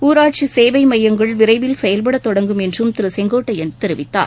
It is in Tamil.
ஊராட்சி சேவை மையங்கள் விரைவில் செயல்படத் தொடங்கும் என்றும் திரு செங்கோட்டையன் தெரிவித்தார்